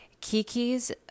Kiki's